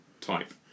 type